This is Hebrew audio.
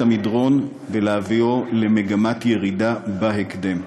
התנועה במדרון ולהביא למגמת ירידה בהקדם,